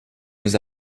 nous